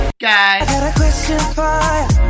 guys